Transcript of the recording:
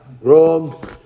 Wrong